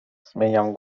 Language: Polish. zmieniam